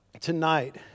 tonight